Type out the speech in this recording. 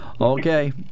Okay